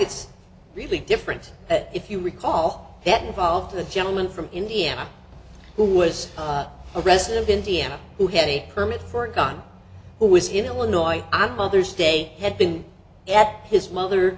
it's really different if you recall that involved a gentleman from indiana who was a resident of indiana who had a permit for a gun who was in illinois i mother's day had been at his mother